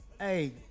hey